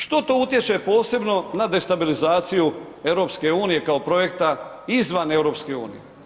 Što to utječe posebno na destabilizaciju EU kao projekta izvan EU?